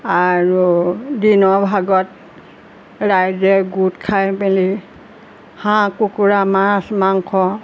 আৰু দিনৰ ভাগত ৰাইজে গোট খাই মেলি হাঁহ কুকুৰা মাছ মাংস